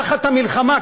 תחת המלחמה,